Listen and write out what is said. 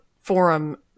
forum